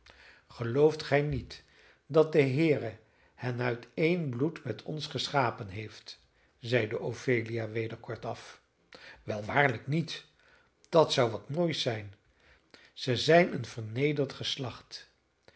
gelooft gij niet dat de heere hen uit één bloed met ons geschapen heeft zeide ophelia weder kortaf wel waarlijk niet dat zou wat moois zijn ze zijn een vernederd geslacht